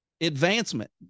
Advancement